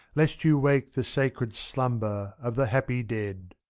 lest you wake the sacred slumber of the happy dead.